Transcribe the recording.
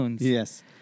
Yes